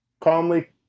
calmly